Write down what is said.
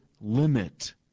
limit